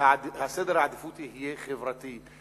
שסדר העדיפויות יהיה חברתי,